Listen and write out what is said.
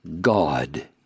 God